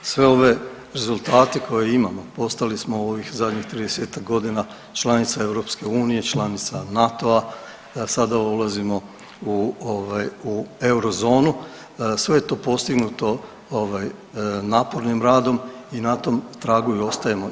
Sve ove rezultate koje imamo, postali smo u ovih zadnjih 30-ak godina članica EU, članica NATO-a, sada ulazimo u ovaj, u eurozonu, sve je to postignuto napornim radom i na tom tragu i ostajemo.